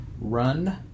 run